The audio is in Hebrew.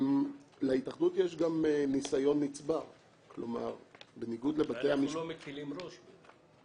להתאחדות יש גם ניסיון נצבר --- אנחנו לא מקלים ראש בזה.